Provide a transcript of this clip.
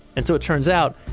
and so it turns out,